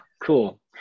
cool